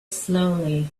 slowly